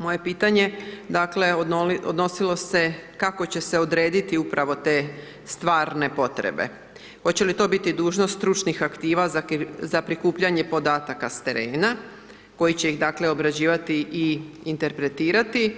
Moje pitanje dakle odnosilo se kako će se odrediti upravo te stvarne potrebe, oće li to biti dužnost stručnih aktiva za prikupljanje podataka s terena koji će ih dakle obrađivati i interpretirati